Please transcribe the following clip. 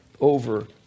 over